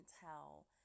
tell